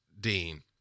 Dean